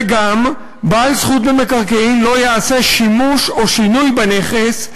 וגם: "בעל זכות במקרקעין לא יעשה שימוש או שינוי בנכס,